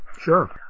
Sure